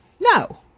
No